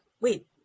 wait